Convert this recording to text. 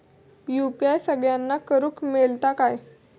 UPI सगळ्यांना करुक मेलता काय?